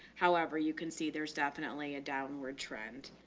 however, you can see there's definitely a downward trend.